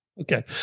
Okay